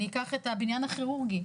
אני אקח את הבניין הכירורגי,